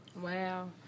Wow